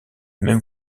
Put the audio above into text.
même